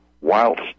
whilst